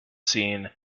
seen